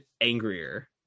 angrier